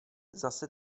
zase